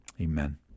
amen